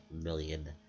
million